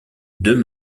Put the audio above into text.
deux